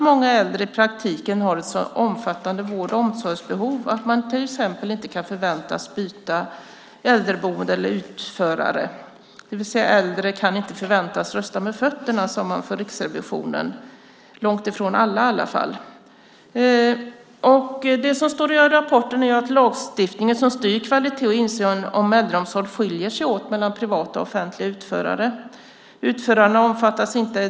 Många äldre har i praktiken så omfattande vård och omsorgsbehov att man till exempel inte kan förväntas byta äldreboende eller utförare. Äldre kan inte förväntas rösta med fötterna, sade man från Riksrevisionen, långt ifrån alla i alla fall. Det som står i rapporten är att lagstiftningen som styr kvalitet och insyn i äldreomsorgen skiljer sig åt mellan privata och offentliga utförare.